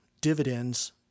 dividends